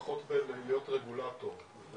פחות בלהיות רגולטור.